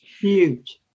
huge